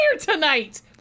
tonight